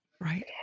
Right